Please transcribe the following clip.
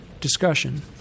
Discussion